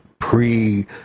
pre